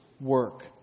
work